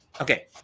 Okay